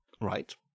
right